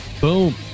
Boom